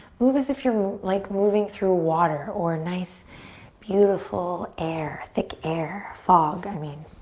move as if you're like moving through water or nice beautiful air, thick air. fog, i mean.